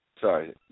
Sorry